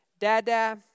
Dada